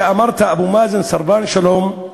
כשאמרת: אבו מאזן סרבן שלום,